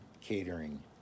catering